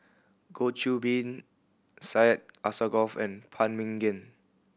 Goh Qiu Bin Syed Alsagoff and Phan Ming Yen